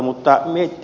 jos ed